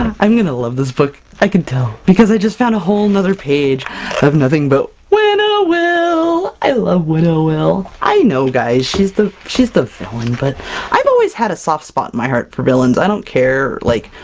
i'm gonna love this book! i can tell, because i just found a whole nother page of nothing but winnowill! i love winnowill! i know guys, she's the she's the villain, but i've always had a soft spot in my heart for villains! i don't care, like,